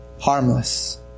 harmless